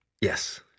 Yes